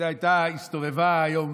הסתובב היום,